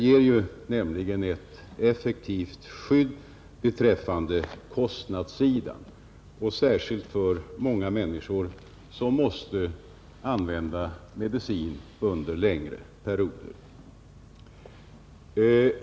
Den ger nämligen ett effektivt skydd beträffande kostnadssidan — särskilt för många människor som måste använda medicin under längre perioder.